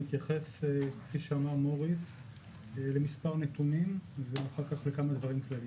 אני אתייחס למספר נתונים ולאחר מכן לכמה דברים שעלו כאן.